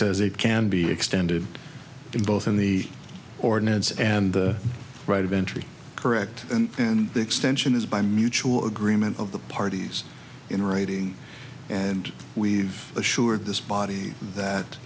says it can be extended in both in the ordinance and right of entry correct and then the extension is by mutual agreement of the parties in writing and we've assured this body that